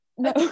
no